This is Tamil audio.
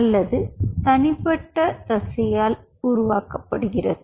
அல்லது தனிப்பட்ட தசையால் உருவாக்கப்படுகிறது